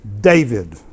David